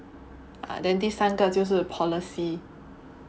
err then 第三个就是 policy